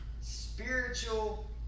spiritual